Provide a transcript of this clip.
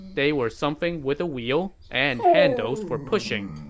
they were something with a wheel and handles for pushing.